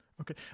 Okay